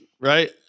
Right